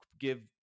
give